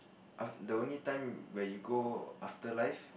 af~ the only time where you go afterlife